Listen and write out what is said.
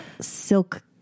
silk